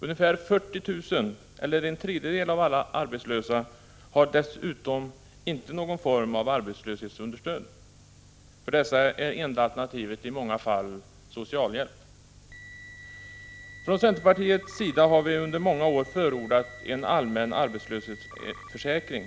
Ungefär 40 000 eller en tredjedel av alla arbetslösa har dessutom inte någon form av arbetslöshetsunderstöd. För dessa är enda alternativet i många fall socialhjälp. Från centerpartiets sida har vi under många år förordat en allmän arbetslöshetsförsäkring.